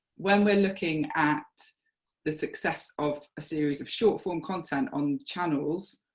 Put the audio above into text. when we're looking at the success of a series of short form content on channels,